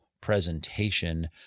presentation